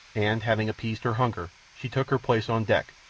and, having appeased her hunger, she took her place on deck,